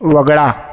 वगळा